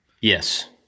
Yes